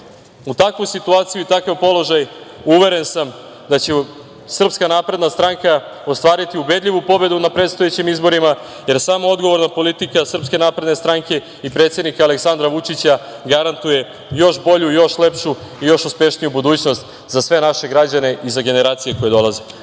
u takvu situaciju i takav položaj, uveren sam da će SNS ostvariti ubedljivu pobedu na predstojećim izborima, jer samo odgovorna politika SNS i predsednika Aleksandra Vučića garantuje još bolju, još lepšu i još uspešniju budućnost za sve naše građane i za generacije koje dolaze.